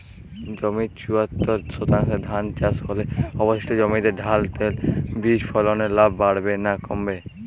জমির চুয়াত্তর শতাংশে ধান চাষ হলে অবশিষ্ট জমিতে ডাল তৈল বীজ ফলনে লাভ বাড়বে না কমবে?